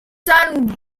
san